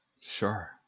sure